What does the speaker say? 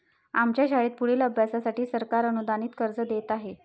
आमच्या शाळेत पुढील अभ्यासासाठी सरकार अनुदानित कर्ज देत आहे